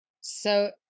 So-